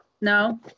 No